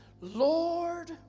Lord